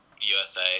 USA